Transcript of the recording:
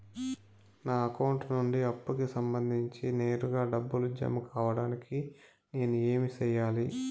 నా అకౌంట్ నుండి అప్పుకి సంబంధించి నేరుగా డబ్బులు జామ కావడానికి నేను ఏమి సెయ్యాలి?